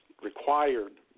required